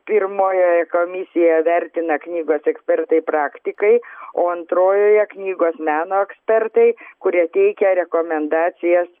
pirmojoje komisija vertina knygos ekspertai praktikai o antrojoje knygos meno ekspertai kurie teikia rekomendacijas